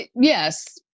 Yes